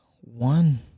One